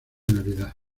navidad